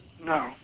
No